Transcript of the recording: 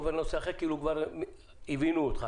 עובר לנושא אחר כאילו כבר הבינו אותך.